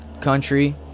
country